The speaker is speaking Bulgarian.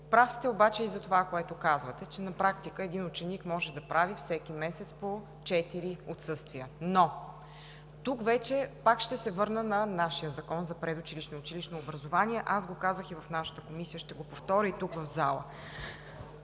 Прав сте обаче и за това, което казвате, че на практика един ученик може да прави всеки месец по четири отсъствия, но тук пак ще се върна на нашия Закон за предучилищното и училищното образование. Аз го казах и в нашата комисия, ще го повторя и тук, в залата.